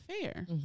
fair